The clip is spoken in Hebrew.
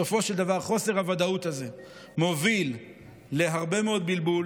בסופו של דבר חוסר הוודאות הזה מוביל להרבה מאוד בלבול,